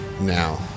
now